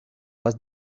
was